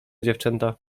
dziewczęta